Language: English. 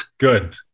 Good